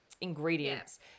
ingredients